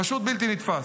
פשוט בלתי נתפס.